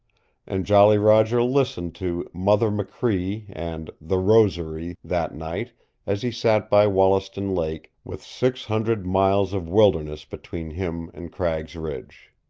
and jolly roger listened to mother machree and the rosary that night as he sat by wollaston lake with six hundred miles of wilderness between him and cragg's ridge.